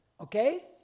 okay